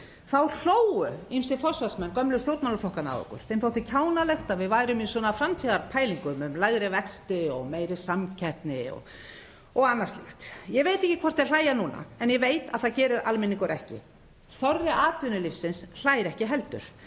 Þá hlógu ýmsir forystumenn gömlu stjórnmálaflokkanna að okkur. Þeim þótti kjánalegt að við værum í svona framtíðarpælingum um lægri vexti og meiri samkeppni og annað slíkt. Ég veit ekki hvort þeir hlæja núna en ég veit að það gerir almenningur ekki. Þorri atvinnulífsins hlær ekki heldur.